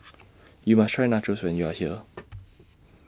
YOU must Try Nachos when YOU Are here